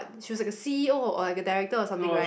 she was like a c_e_o or the director or something right